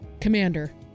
Commander